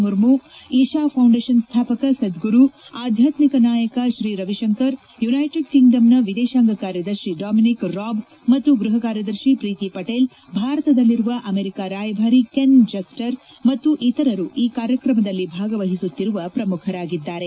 Murmu Isha foundation ಸ್ಡಾಪಕ ಸದ್ದುರು ಆಧ್ಯಾತ್ಮಿಕ ನಾಯಕ ಶ್ರೀ ರವಿಶಂಕರ್ ಯುನ್ನೆಟೆಡ್ ಕಿಂಗ್ಡಮ್ನ ವಿದೇಶಾಂಗ ಕಾರ್ಯದರ್ಶಿ ಡೊಮಿನಿಕ್ ರಾಬ್ ಮತ್ತು ಗ್ರಹ ಕಾರ್ಯದರ್ಶಿ ಪಿಿ ಪಟೇಲ್ ಭಾರತದಲಿರುವ ಅಮೆರಿಕ ರಾಯಭಾರಿ ಕೆನ್ ಜಸ್ಪರ್ ಮತ್ತು ಇತರರು ಈ ಕಾರ್ಯಕ್ರಮದಲ್ಲಿ ಭಾಗವಹಿಸುತ್ತಿರುವ ಪ್ರಮುಖರಾಗಿದ್ದಾರೆ